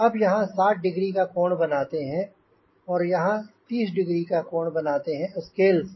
अब यहाँ 60 डिग्री का कोण बनाते हैं और यहाँ 30 डिग्री का कोण बनाते हैं स्केल से